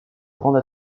grande